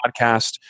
podcast